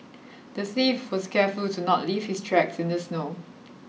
the thief was careful to not leave his tracks in the snow